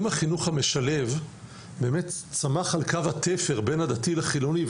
אם החינוך המשלב באמת צמח על קו התפר בין הדתי לחילוני,